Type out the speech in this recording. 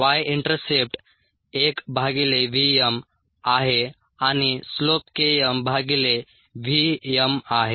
Y intercept 1 भागिले v m आहे आणि स्लोप K m भागिले v m आहे